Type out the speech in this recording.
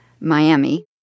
Miami